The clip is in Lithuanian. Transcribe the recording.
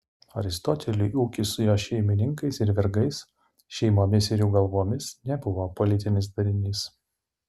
aristoteliui ūkis su jo šeimininkais ir vergais šeimomis ir jų galvomis nebuvo politinis darinys